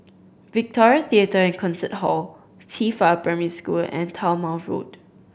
Victoria Theatre and Concert Hall Qifa Primary School and Talma Road